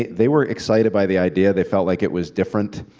they were excited by the idea. they felt like it was different.